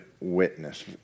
witness